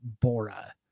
Bora